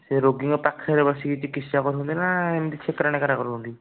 ସେ ରୋଗୀଙ୍କ ପାଖରେ ବସିକି ଚିକିତ୍ସା କରୁଛନ୍ତି ନା ଏମିତି କରୁଛନ୍ତି